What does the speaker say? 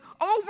over